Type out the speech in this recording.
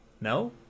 No